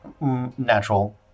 natural